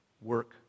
work